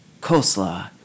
coleslaw